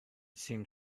seemed